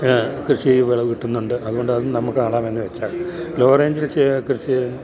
കൃഷി വിളവു കിട്ടുന്നുണ്ട് അതുകൊണ്ട് നമുക്കു നടാമെന്നു വച്ചാൽ ലോ റേഞ്ചിലേക്കു കൃഷി